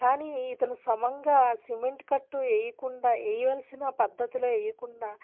కానీ ఇతను సమంగా సిమెంట్ కట్టు వేయకుండా వేయాల్సిన పద్ధతిలో వేయకుండా